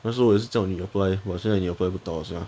那时候我也是叫你 apply 我现在 apply 不到 sia